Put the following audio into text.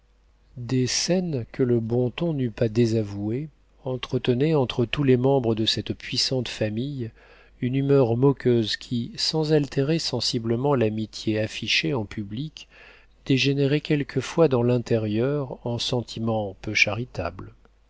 des scènes que le bon ton n'eût pas désavouées entretenaient entre tous les membres de cette puissante famille une humeur moqueuse qui sans altérer sensiblement l'amitié affichée en public dégénérait quelquefois dans l'intérieur en sentiments peu charitables